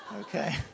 okay